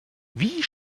wie